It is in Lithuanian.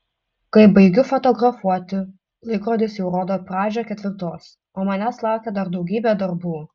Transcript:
kai baigiu fotografuoti laikrodis jau rodo pradžią ketvirtos o manęs laukia dar daugybė darbų